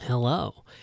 Hello